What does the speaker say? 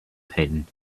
pin